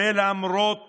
ולמרות